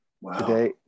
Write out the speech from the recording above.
Wow